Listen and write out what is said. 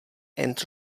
and